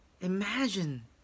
imagine